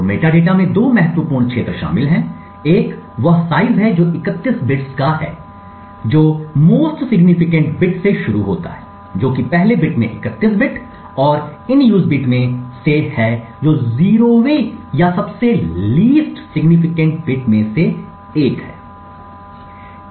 तो मेटाडेटा में दो महत्वपूर्ण क्षेत्र शामिल हैं एक वह साइज है जो 31 बिट्स का है जो मोस्ट सिग्निफिकेंट बिट से शुरू होता है जो कि पहले बिट में 31 बिट और इन यूज बिट में से है जो 0 वें या सबसे लिस्ट सिग्निफिकेंट बिट में से एक है